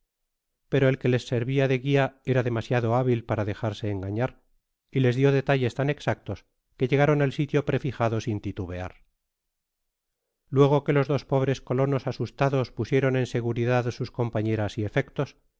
pero el que les servia de guia era demasiado hábil para dejarse engañar y les dio detalles tan exactos que llegaron al sitio prefijado sin titubear luego que los dos pobres colonos asustados pusieron en seguridad sus compañeras y efectos